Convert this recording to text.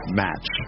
match